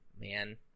man